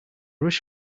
rush